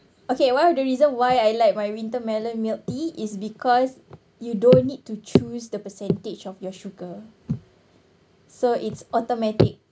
okay one of the reason why I like my winter melon milk tea is because you don't need to choose the percentage of your sugar so it's automatic